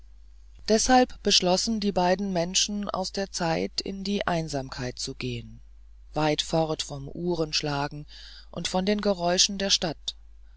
deshalb beschlossen die beiden menschen aus der zeit in die einsamkeit zu gehen weit fort vom uhrenschlagen und von den geräuschen der stadt